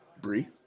Brie